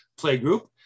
playgroup